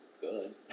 good